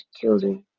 children